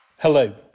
Hello